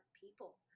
people